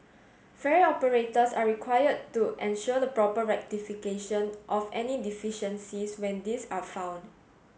ferry operators are required to ensure the proper rectification of any deficiencies when these are found